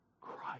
Christ